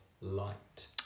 light